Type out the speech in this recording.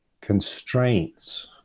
constraints